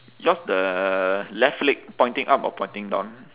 yours the left leg pointing up or pointing down